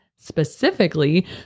specifically